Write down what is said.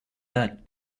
that